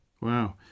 Wow